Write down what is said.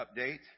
update